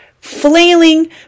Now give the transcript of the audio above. flailing